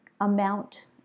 amount